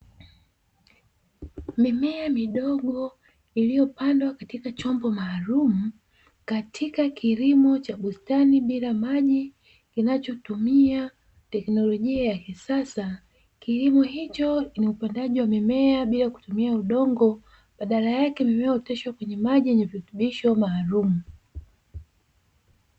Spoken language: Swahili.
Mimea midogo iliyopandwa katika chombo maalumu. Katika kilimo cha bustani bila maji, kinachotumia teknolojia ya kisasa. Kilimo hicho cha upandaji wa mimea bila kutumia udongo, badala yake mimea huoteshwa kwenye maji yenye virutubisho maalumu.